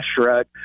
Shrug